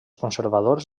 conservadors